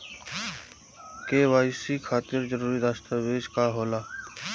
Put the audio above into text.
KYC खातिर जरूरी दस्तावेज का का होला?